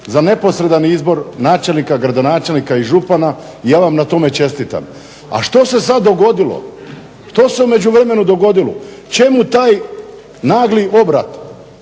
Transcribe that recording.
za neposredan izbor načelnika, gradonačelnika i župana i ja vam na tome čestitam. A što se sada dogodilo, što se u međuvremenu dogodilo, čemu taj nagli obrat.